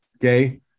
okay